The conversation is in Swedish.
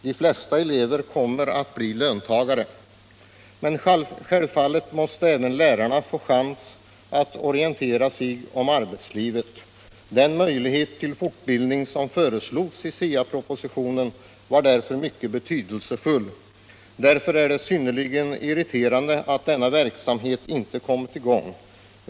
De flesta elever kommer ju att bli löntagare. Men självfallet måste även lärarna få chans att orientera sig om arbetslivet. Den möjlighet till fortbildning som föreslogs i SIA propositionen var mycket betydelsefull. Därför är det synnerligen irriterande att denna verksamhet inte kommit i gång.